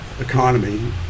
economy